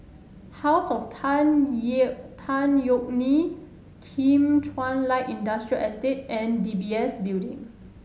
House of Tan Ye Tan Yeok Nee Kim Chuan Light Industrial Estate and D B S Building